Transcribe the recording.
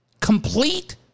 complete